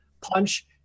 punch